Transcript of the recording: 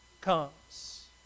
comes